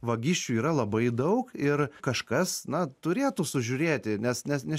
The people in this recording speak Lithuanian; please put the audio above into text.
vagysčių yra labai daug ir kažkas na turėtų sužiūrėti nes nes ne